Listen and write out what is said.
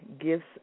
gifts